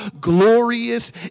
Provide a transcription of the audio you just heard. glorious